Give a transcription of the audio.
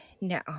No